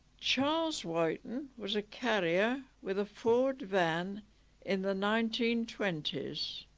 charles wyton was a carrier with a ford van in the nineteen twenty s